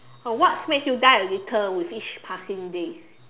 uh what makes you die a little with each passing day